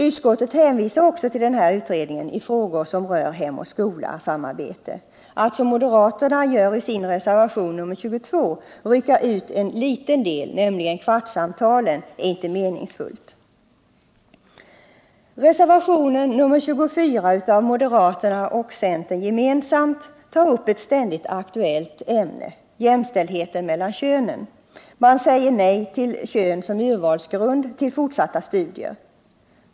Utskottet hänvisar också till att denna utredning i frågor som berör hem-skola-samarbetet att såsom moderaterna gör i sin reservation nr 22 rycka ut en liten del, nämligen kvartssamtalen, är inte meningsfullt. Reservationen 24 av moderater och centerpartister gemensamt tar upp ett ständigt aktuellt ämne: jämställdheten mellan könen. Man säger nej till ”könstillhörighet” som urvalsgrund för fortsatta studier.